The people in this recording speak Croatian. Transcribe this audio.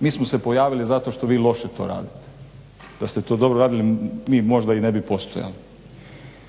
Mi smo se pojavili zato što vi loše to radite. Da ste to dobro radili mi možda i ne bi postojali